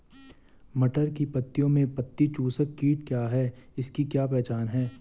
मटर की पत्तियों में पत्ती चूसक कीट क्या है इसकी क्या पहचान है?